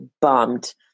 bummed